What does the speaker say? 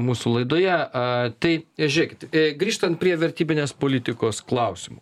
mūsų laidojetai žiūrėkit grįžtant prie vertybinės politikos klausimų